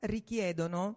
richiedono